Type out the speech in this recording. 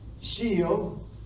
shield